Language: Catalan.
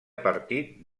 partit